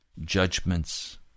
judgments